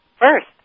first